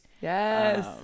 Yes